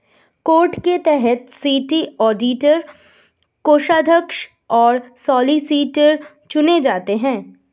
code के तहत city auditor, कोषाध्यक्ष और सॉलिसिटर चुने जाते हैं